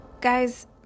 Guys